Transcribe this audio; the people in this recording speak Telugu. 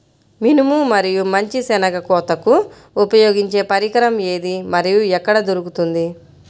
మినుము మరియు మంచి శెనగ కోతకు ఉపయోగించే పరికరం ఏది మరియు ఎక్కడ దొరుకుతుంది?